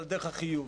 אלא על דרך החיוב.